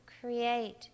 create